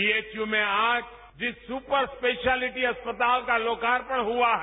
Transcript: BHU में आज जिस सुपरस्पेशलटी अस्पताल का लोकार्पण हुआ है